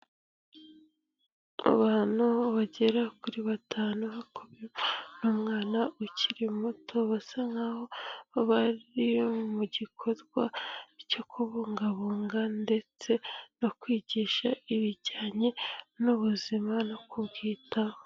Abantu bagera kuri batanu hakubiyemo umwana ukiri muto basa nkaho bari mu gikorwa cyo kubungabunga, ndetse no kwigisha ibijyanye n'ubuzima no kubyitaho.